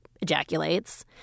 ejaculates